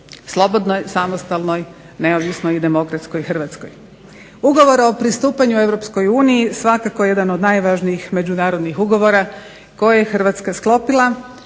slobodnoj, samostalnoj, neovisnoj i demokratskoj Hrvatskoj. Ugovor o pristupanju EU svakako je jedan od najvažnijih međunarodnih ugovora koje je Hrvatska sklopila